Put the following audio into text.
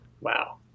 Wow